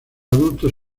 adultos